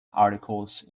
articles